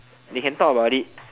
they can talk about it